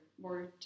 more